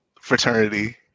fraternity